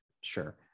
Sure